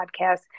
podcast